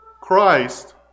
Christ